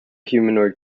humanoid